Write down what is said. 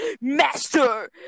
Master